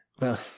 Well